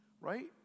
right